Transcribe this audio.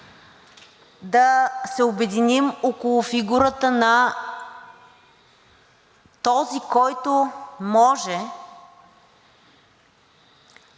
да се обединим около фигурата на този, който може, макар и